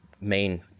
main